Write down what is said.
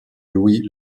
louis